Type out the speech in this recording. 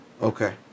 Okay